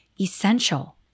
essential